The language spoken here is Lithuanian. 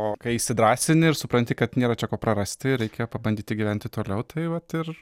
o kai įsidrąsini ir supranti kad nėra čia ko prarasti reikia pabandyti gyventi toliau tai vat ir